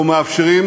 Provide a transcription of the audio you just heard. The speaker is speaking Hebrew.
אנחנו מאפשרים,